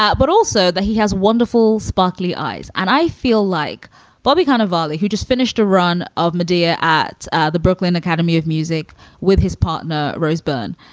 ah but also that he has wonderful sparkly eyes. and i feel like bobby kind of ah like who just finished a run of madea at the brooklyn academy of music with his partner, rose byrne.